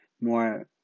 more